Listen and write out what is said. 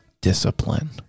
discipline